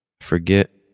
forget